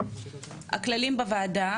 הכללים בוועדה,